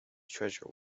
treasure